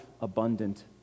abundant